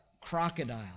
crocodile